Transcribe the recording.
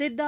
Siddha